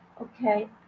Okay